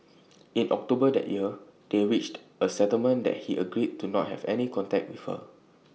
in October that year they reached A settlement that he agreed not to have any contact with her